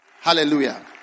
Hallelujah